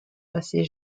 passé